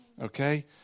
Okay